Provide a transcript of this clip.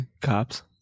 cops